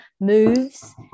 moves